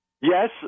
Yes